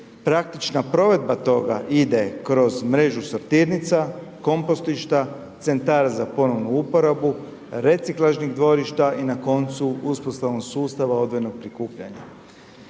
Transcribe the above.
Praktična provedba toga ide kroz mrežu satirnica, kompostišta, centara za ponovnu uporabu, reciklažnih dvorišta i na koncu uspostavom sustava odvojenog prikupljanja.